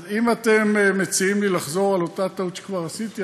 אז אם אתם מציעים לי לחזור על אותה טעות שכבר עשיתי,